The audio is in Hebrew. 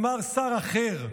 אמר שר אחר,